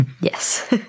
Yes